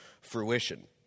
fruition